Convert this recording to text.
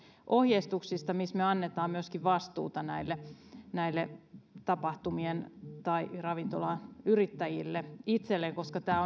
ohjeistuksista missä me annamme vastuuta myöskin näille tapahtumien tai ravintoloiden yrittäjille itselleen koska tämä